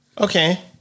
Okay